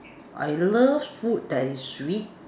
I love food that is sweet